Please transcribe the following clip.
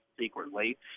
secretly